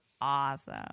awesome